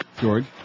George